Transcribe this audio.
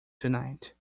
tonight